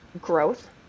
growth